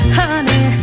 honey